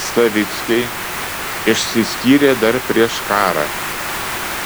savickiai išsiskyrė dar prieš karą